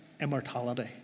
Immortality